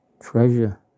Treasure